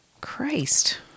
Christ